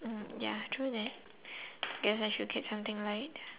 mm ya true that guess I should get something light